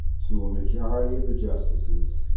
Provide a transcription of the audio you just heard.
to a majority of the justices,